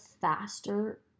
faster